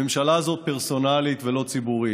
הממשלה הזאת פרסונלית, ולא ציבורית.